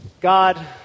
God